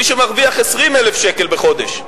מי שמרוויח 20,000 שקל בחודש.